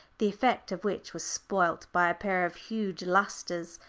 the effect of which was spoilt by a pair of huge lustres,